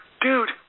dude